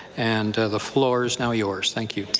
and the floor is now yours. thank you.